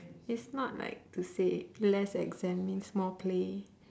it's not like to say less exam means more play